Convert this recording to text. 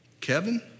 Kevin